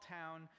town